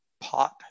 pot